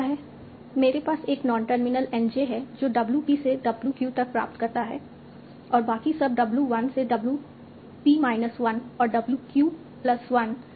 मेरे पास एक नॉन टर्मिनल N j है जो W p से W q तक प्राप्त करता है और बाकी सब W 1 से W p माइनस 1 और W q प्लस 1 से W m तक वाक्य में है